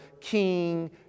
king